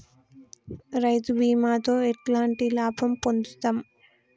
రైతు బీమాతో ఎట్లాంటి లాభం పొందుతం?